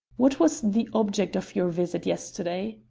what was the object of your visit yesterday?